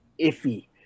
iffy